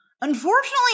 Unfortunately